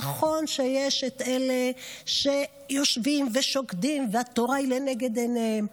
נכון שיש את אלה שיושבים ושוקדים והתורה היא לנגד עיניהם,